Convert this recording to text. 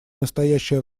настоящее